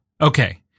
Okay